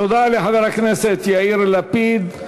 תודה לחבר הכנסת יאיר לפיד.